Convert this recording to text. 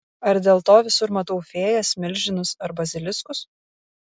ar dėl to visur matau fėjas milžinus ar baziliskus